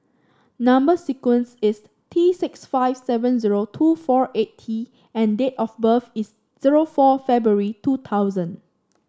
number sequence is T six five seven zero two four eight T and date of birth is zero four February two thousand